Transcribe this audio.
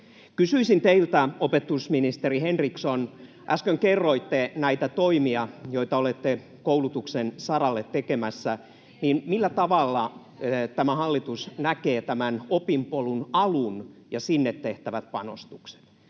Kysyisin teiltä, opetusministeri Henriksson: Kun äsken kerroitte näitä toimia, joita olette koulutuksen saralle tekemässä, niin millä tavalla tämä hallitus näkee tämän opinpolun alun ja sinne tehtävät panostukset?